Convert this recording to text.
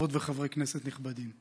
חברות וחברי כנסת נכבדים,